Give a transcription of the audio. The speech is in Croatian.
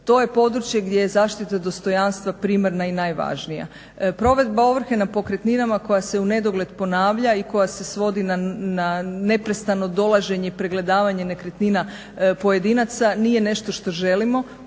To je područje gdje je zaštita dostojanstva primarna i najvažnija. Provedba ovrhe na pokretninama koja se u nedogled ponavlja i koja se svodi na neprestano dolaženje i pregledavanje nekretnina pojedinaca nije nešto što želimo,